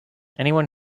anyone